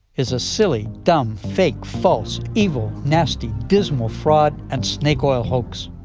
is a silly, dumb, fake, false, evil, nasty, dismal fraud and snake-oil hoax.